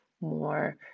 more